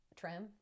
Trim